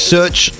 Search